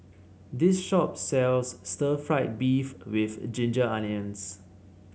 this shop sells Stir Fried Beef with Ginger Onions